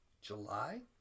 July